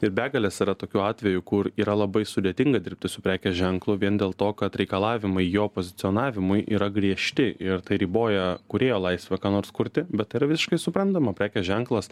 ir begalės yra tokių atvejų kur yra labai sudėtinga dirbti su prekės ženklu vien dėl to kad reikalavimai jo pozicionavimui yra griežti ir tai riboja kūrėjo laisvę ką nors kurti bet tai yra visiškai suprantama prekės ženklas